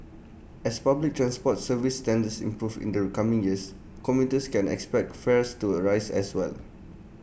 as public transport service standards improve in the coming years commuters can expect fares to rise as well